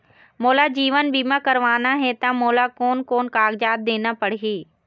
मोला जीवन बीमा करवाना हे ता मोला कोन कोन कागजात देना पड़ही?